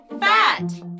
Fat